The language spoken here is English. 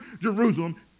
Jerusalem